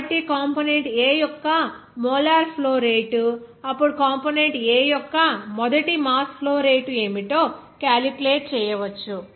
కాబట్టి component A యొక్క molar flow rate అప్పుడు కంపోనెంట్ A యొక్క మొదటి మాస్ ఫ్లో రేటు ఏమిటో క్యాలిక్యులేట్ చేయవచ్చు